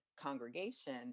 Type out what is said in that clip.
congregation